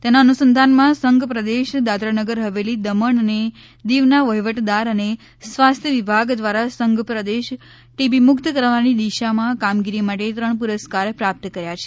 તેના અનુસંધાનમાં સંઘ પ્રદેશ દાદરા નગર હવેલી દમણ અને દીવના વહીવટદાર અને સ્વાસ્થ્ય વિભાગ દ્વારા સંઘપ્રદેશ ટીબી મુક્ત કરવાની દિશામાં કામગીરી માટે ત્રણ પુરસ્કાર પ્રાપ્ત કર્યા છે